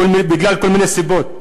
בגלל כל מיני סיבות.